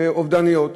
אובדנות.